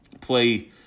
play